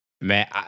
Man